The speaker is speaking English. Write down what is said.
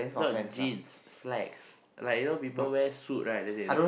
not jeans slacks like you know people wear suit right then they the